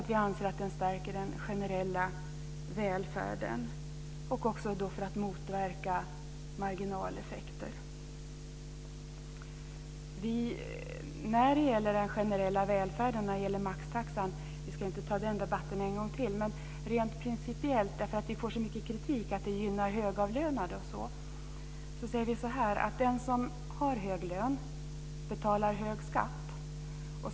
Vi anser att den stärker den generella välfärden och motverkar marginaleffekter. Vi ska inte ta debatten om den generella välfärden och maxtaxan en gång till. Jag vill dock säga något om den rent principiellt. Vi får mycket kritik för att den gynnar högavlönade. De som har hög lön betalar hög skatt.